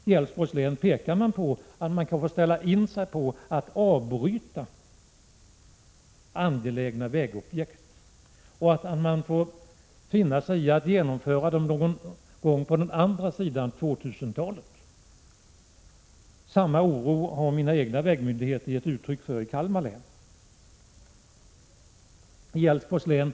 I Älvsborgs län visar man på att man kommer att få ställa in sig på att avbryta arbetet på angelägna vägobjekt och att man får finna sig i att genomföra dem någon gång på andra sidan 2000-talet. Samma oro har vägmyndigheterna i mitt eget län, Kalmar län, givit uttryck för.